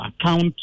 account